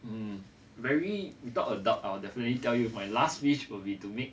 um very without a doubt I'll definitely tell you my last wish will be to make